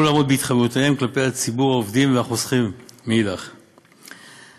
לעמוד בהתחייבויותיהם כלפי ציבור העובדים והחוסכים מאידך גיסא.